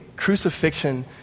Crucifixion